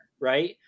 right